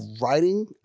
writing